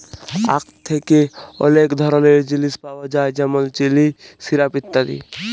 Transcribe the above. আখ থ্যাকে অলেক ধরলের জিলিস পাওয়া যায় যেমল চিলি, সিরাপ ইত্যাদি